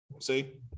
See